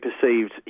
perceived